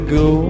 go